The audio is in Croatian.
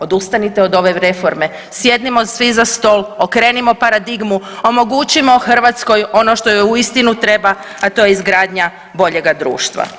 Odustanite od ove reforme, sjednimo svi za stol, okrenimo paradigmu, omogućimo Hrvatskoj ono što joj uistinu treba, a to je izgradnja boljega društva.